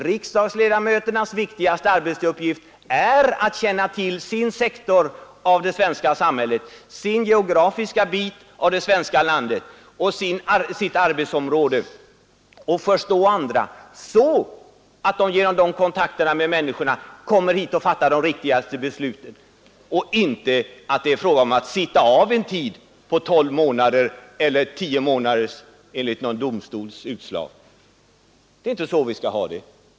Riksdagsledamöternas viktigaste arbetsuppgift är att känna till sin sektor av det svenska samhället, sin geografiska bit av det svenska landet, sitt arbetsområde, det är att förstå andra så att de tack vare kontakterna med människorna kan fatta de riktiga besluten. Det är inte fråga om att sitta av en tid på tolv eller tio månader, enligt någon domstols utslag. Det är inte så vi skall ha det.